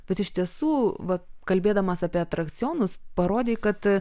bet iš tiesų va kalbėdamas apie atrakcionus parodei kad